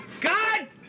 God